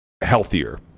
healthier